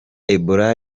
ebola